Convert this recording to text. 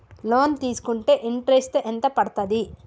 Loan తీస్కుంటే interest ఎంత పడ్తది?